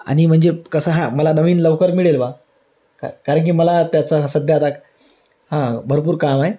आणि म्हणजे कसं हा मला नवीन लवकर मिळेल बा का कारण की मला त्याचा सध्या आता हां भरपूर काम आहे